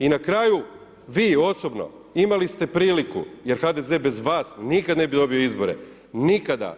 I na kraju vi osobno imali ste priliku, jer HDZ bez vas nikad ne bi dobio izbore, nikada.